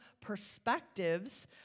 perspectives